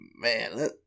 man